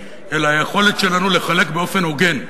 אלא היכולת שלנו לחלק באופן הוגן,